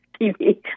TV